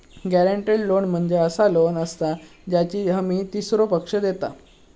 guaranteed loan म्हणजे असा loan असता ज्याची हमी तीसरो पक्ष देता